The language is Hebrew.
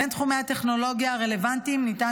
בין תחומי הטכנולוגיה הרלוונטיים ניתן